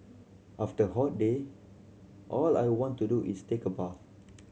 after a hot day all I want to do is take a bath